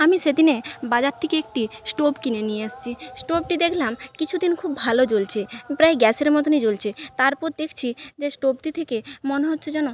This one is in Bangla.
আমি সেদিনে বাজার থেকে একটি স্টোভ কিনে নিয়ে এসছি স্টোভটি দেখলাম কিছু দিন খুব ভালো জ্বলছে প্রায় গ্যাসের মতোনই জ্বলছে তারপর দেখছি যে স্টোভটি থেকে মনে হচ্ছে যেন